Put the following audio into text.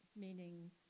meaning